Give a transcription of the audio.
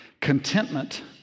Contentment